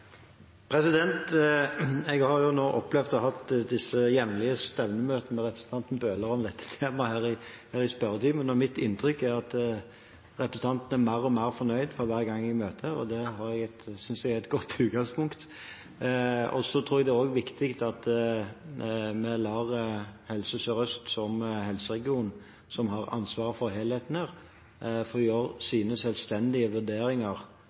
Jeg har jo nå opplevd å ha disse jevnlige stevnemøtene med representanten Bøhler om dette temaet her i spørretimen, og mitt inntrykk er at representanten er mer og mer fornøyd for hver gang jeg møter ham, og det synes jeg er et godt utgangspunkt. Jeg tror det er viktig at vi lar Helse Sør-Øst, den helseregionen som har ansvaret for helheten her, få gjøre sine selvstendige vurderinger